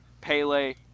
Pele